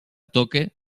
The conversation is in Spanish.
toque